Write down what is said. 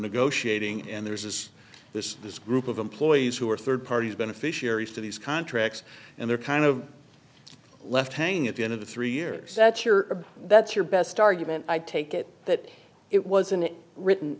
negotiating and there's is this this group of employees who are third parties beneficiaries to these contracts and they're kind of left hanging at the end of the three years that's your best argument i take it that it wasn't written